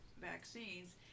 vaccines